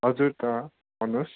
हजुर त भन्नुहोस्